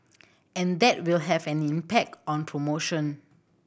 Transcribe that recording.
and that will have an impact on promotion